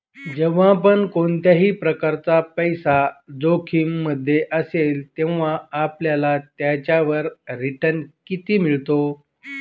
जेव्हा पण कोणत्याही प्रकारचा पैसा जोखिम मध्ये असेल, तेव्हा आपल्याला त्याच्यावर रिटन किती मिळतो?